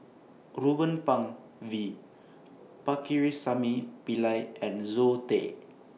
Ruben Pang V Pakirisamy Pillai and Zoe Tay